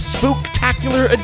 Spooktacular